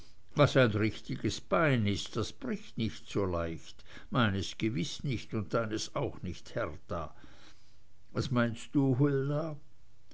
was ein richtiges bein ist das bricht nicht so leicht meines gewiß nicht und deines auch nicht hertha was meinst du